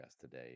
today